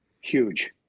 huge